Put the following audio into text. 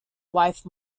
wife